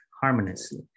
harmoniously